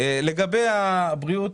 לגבי הבריאות,